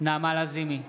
נעמה לזימי,